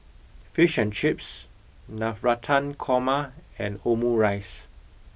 fish and chips navratan korma and omurice